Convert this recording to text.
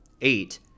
eight